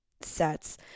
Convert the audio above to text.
sets